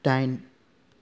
दाइन